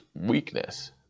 weakness